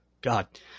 God